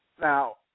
Now